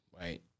Right